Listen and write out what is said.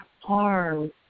harm